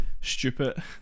stupid